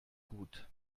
gut